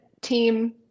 team